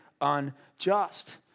unjust